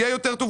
יהיה יותר טוב.